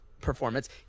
performance